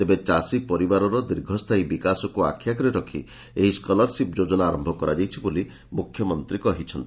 ତେବେ ଚାଷୀ ପରିବାରର ଦୀର୍ଘସ୍ଷାୟୀ ବିକାଶକୁ ଆଖଆଗରେ ରଖ ଏହି ସ୍କଲାରସିପ୍ ଯୋଜନା ଆରମ୍ କରାଯାଇଛି ବୋଲି ମୁଖ୍ୟମନ୍ତୀ କହିଛନ୍ତି